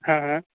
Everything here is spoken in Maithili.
हँ हँ